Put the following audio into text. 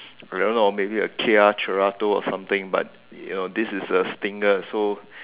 I don't know maybe a kia Cerate or something but you know this is a stinger so